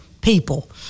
people